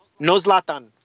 Nozlatan